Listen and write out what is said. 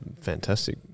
fantastic